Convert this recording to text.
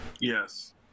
Yes